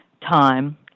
time